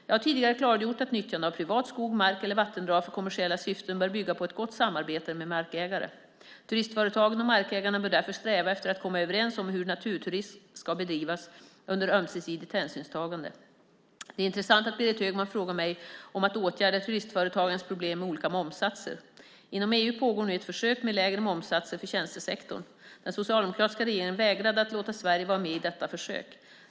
Jag har tidigare klargjort att nyttjande av privat skog, mark eller vattendrag för kommersiella syften bör bygga på ett gott samarbete med markägare. Turistföretagen och markägarna bör därför sträva efter att komma överens om hur naturturism ska bedrivas under ömsesidigt hänsynstagande. Det är intressant att Berit Högman frågar mig om att åtgärda turistföretagares problem med olika momssatser. Inom EU pågår nu ett försök med lägre momssatser för tjänstesektorn. Den socialdemokratiska regeringen vägrade att låta Sverige vara med i detta försök.